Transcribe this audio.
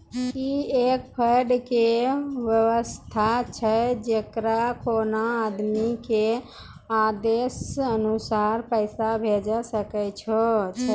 ई एक फंड के वयवस्था छै जैकरा कोनो आदमी के आदेशानुसार पैसा भेजै सकै छौ छै?